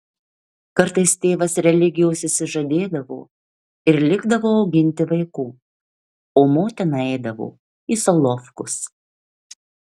kartais tėvas religijos išsižadėdavo ir likdavo auginti vaikų o motina eidavo į solovkus